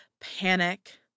panic